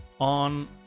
on